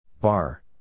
Bar